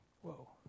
whoa